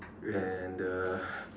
and uh